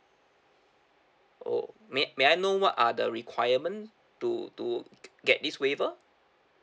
oh may may I know what are the requirement to to get this waiver